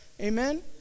amen